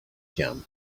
jams